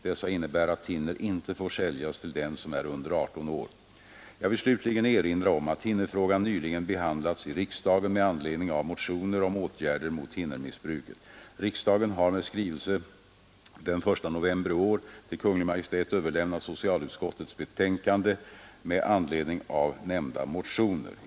Dessa innebär att thinner inte får säljas till den som är under 18 år. Jag vill slutligen erinra om att thinnerfrågan nyligen behandlats i riksdagen med anledning av motioner om åtgärder mot thinnermissbruket. Riksdagen har med skrivelse den 1 november i år till Kungl. Maj:t överlämnat socialutskottets betänkande med anledning av nämnda motioner.